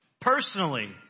personally